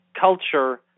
culture